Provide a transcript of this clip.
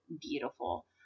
beautiful